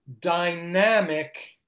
dynamic